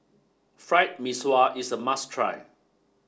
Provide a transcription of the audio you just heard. Fried Mee Sua is a must try